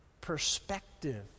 perspective